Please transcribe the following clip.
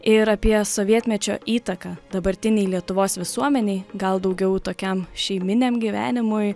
ir apie sovietmečio įtaką dabartinei lietuvos visuomenei gal daugiau tokiam šeiminiam gyvenimui